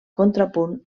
contrapunt